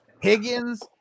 Higgins